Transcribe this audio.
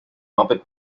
muppet